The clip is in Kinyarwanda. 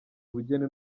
ubugeni